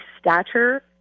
stature